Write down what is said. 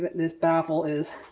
this baffle is.